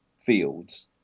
fields